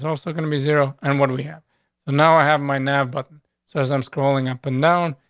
and also gonna be zero and what we have now. i have my never but says i'm scrolling up and down.